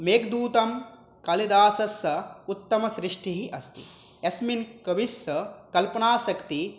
मेघदूतं कालिदासस्य उत्तमसृष्टिः अस्ति यस्मिन् कविस्य कल्पना शक्तिः